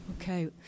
Okay